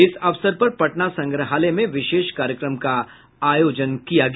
इस अवसर पर पटना संग्रहालय में विशेष कार्यक्रम का आयोजन किया गया